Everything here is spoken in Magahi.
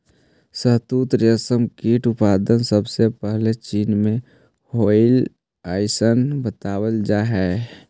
शहतूत रेशम कीट उत्पादन सबसे पहले चीन में होलइ अइसन बतावल जा हई